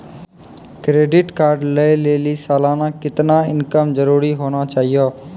Credit card लय लेली सालाना कितना इनकम जरूरी होना चहियों?